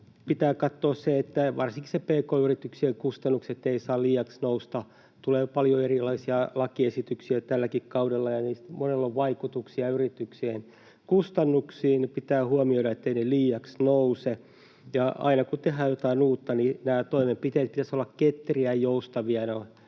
pitää katsoa se, että varsinkin pk-yrityksien kustannukset eivät saa liiaksi nousta. Tälläkin kaudella tulee paljon erilaisia lakiesityksiä, ja niistä monella on vaikutuksia yrityksien kustannuksiin. Pitää huomioida, etteivät ne liiaksi nouse. Ja aina kun tehdään jotain uutta, niin näiden toimenpiteiden pitäisi olla ketteriä, joustavia